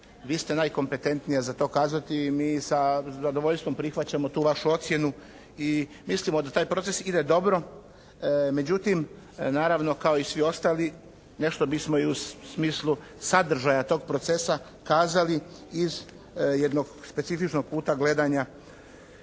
Vi ste najkompetentnija za to kazati i mi sa zadovoljstvom prihvaćamo tu vašu ocjenu i mislimo da taj proces ide dobro. Međutim, naravno kao i svi ostali nešto bismo i u smislu sadržaja tog procesa kazali iz jednog specifičnog kuta gledanja